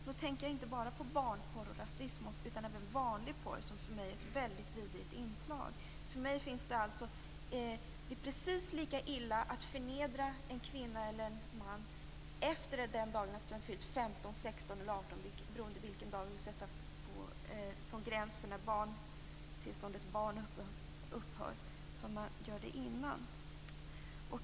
Då tänker jag inte bara på barnporr och rasism utan även på vanlig porr, som för mig är ett mycket vidrigt inslag. För mig är det precis lika illa att förnedra en kvinna eller en man efter den dag hon eller han har fyllt 15, 16 eller 18 år - beroende på vilken dag vi vill sätta som gräns för när tillståndet barn upphör - som innan.